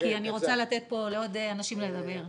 כי אני רוצה לתת פה לעוד אנשים לדבר.